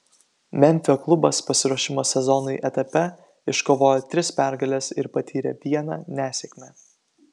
memfio klubas pasiruošimo sezonui etape iškovojo tris pergales ir patyrė vieną nesėkmę